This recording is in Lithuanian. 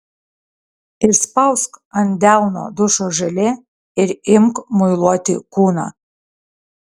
išspausk ant delno dušo želė ir imk muiluoti kūną